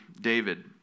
David